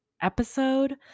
Episode